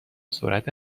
سرعت